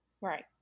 Right